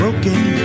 Broken